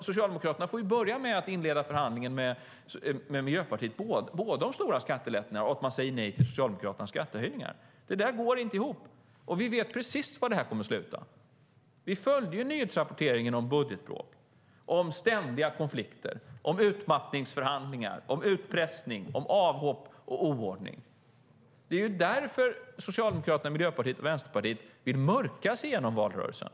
Socialdemokraterna får därför börja med att inleda förhandlingen med Miljöpartiet både om stora skattelättnader och om att Miljöpartiet säger nej till Socialdemokraternas skattehöjningar. Det där går inte ihop, och vi vet precis var detta kommer att sluta. Vi följde nyhetsrapporteringen om budgetbråk, om ständiga konflikter, om utmattningsförhandlingar, om utpressning, om avhopp och om oordning. Det är därför som Socialdemokraterna, Miljöpartiet och Vänsterpartiet vill mörka sig igenom valrörelsen.